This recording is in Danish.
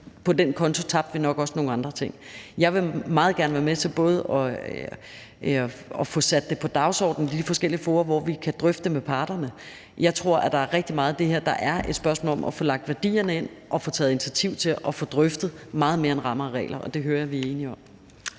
på den konto tabte vi nok også nogle andre ting. Jeg vil meget gerne være med til at få sat det på dagsordenen i de forskellige fora, hvor vi kan drøfte det med parterne. Jeg tror, at der er rigtig meget af det her, der er et spørgsmål om at få lagt værdierne ind og få taget initiativ til at få drøftet meget mere end rammer og regler, og det hører jeg vi er enige om.